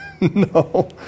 No